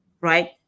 right